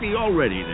already